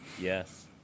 Yes